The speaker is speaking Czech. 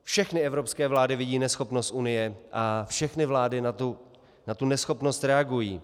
Všechny evropské vlády vidí neschopnost Evropské unie a všechny vlády na tu neschopnost reagují.